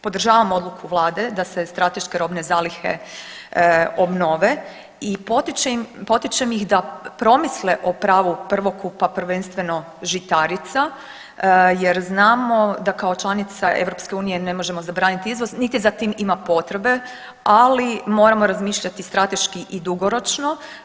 Podržavam odluku Vlade da se strateške robne zalihe obnove i potičem ih da promisle o pravu prvokupa prvenstveno žitarica jer znamo da kao članica EU ne možemo zabraniti izvoz niti za tim ima potrebe, ali moramo razmišljati strateški i dugoročno.